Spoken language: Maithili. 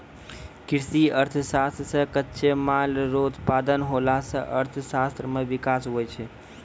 कृषि अर्थशास्त्र से कच्चे माल रो उत्पादन होला से अर्थशास्त्र मे विकास हुवै छै